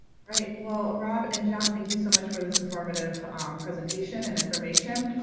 right. well, rob and john, thank you so much for this informative presentation and information.